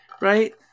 right